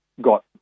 got